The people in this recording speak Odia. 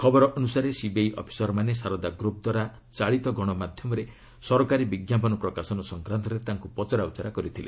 ଖବର ଅନୁସାରେ ସିବିଆଇ ଅଫିସରମାନେ ଶାରଦା ଗ୍ରୁପ୍ଦ୍ୱାରା ଚାଳିତ ଗଣମାଧ୍ୟମରେ ସରକାରୀ ବିଜ୍ଞାପନ ପ୍ରକାଶନ ସଂକ୍ରାନ୍ତରେ ତାଙ୍କୁ ପଚରା ଉଚରା କରିଛନ୍ତି